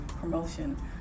promotion